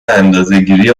اندازهگیری